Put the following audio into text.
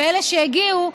ואלה שהגיעו,